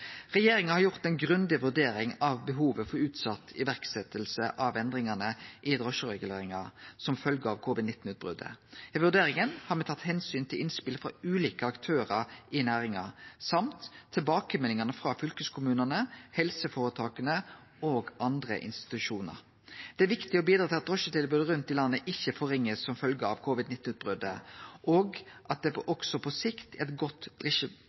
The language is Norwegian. Regjeringa har gjort ei grundig vurdering av behovet for utsett iverksetjing av endringane i drosjereguleringa som følgje av covid-19-utbrotet. I vurderinga har me tatt omsyn til innspel frå ulike aktørar i næringa og tilbakemeldingane frå fylkeskommunane, helseføretaka og andre institusjonar. Det er viktig å bidra til at drosjetilbodet ikkje blir svekt som følgje av covid-19-utbrotet, og at det også på sikt er eit godt